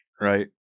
right